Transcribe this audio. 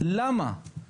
למה את זה לא?